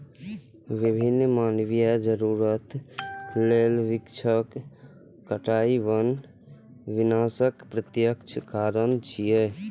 विभिन्न मानवीय जरूरत लेल वृक्षक कटाइ वन विनाशक प्रत्यक्ष कारण छियै